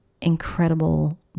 incredible